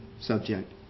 subject